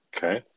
Okay